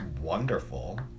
wonderful